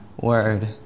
word